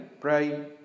pray